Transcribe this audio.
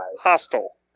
Hostile